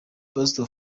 pastor